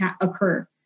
occur